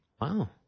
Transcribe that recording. Wow